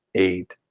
eight,